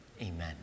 Amen